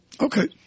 Okay